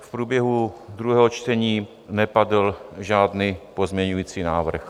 V průběhu druhého čtení nepadl žádný pozměňovací návrh.